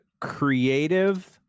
creative